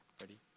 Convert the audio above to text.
ready